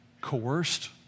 coerced